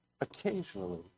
occasionally